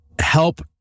help